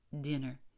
dinner